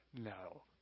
No